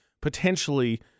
potentially